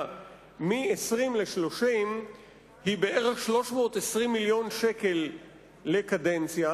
מ-20 ל-30 היא בערך 320 מיליון שקל לקדנציה,